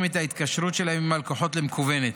את ההתקשרות שלהם עם הלקוחות למקוונת.